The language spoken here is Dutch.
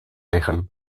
liggen